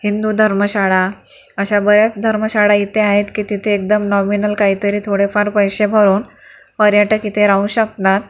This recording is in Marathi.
हिंदू धर्मशाळा अशा बऱ्याच धर्मशाळा इथे आहेत की तिथे एकदम नॉमिनल काही तरी थोडेफार पैसे भरुन पर्यटक इथे राहू शकतात